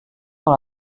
dans